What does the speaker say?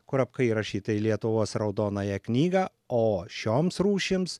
kurapka įrašyta į lietuvos raudonąją knygą o šioms rūšims